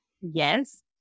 yes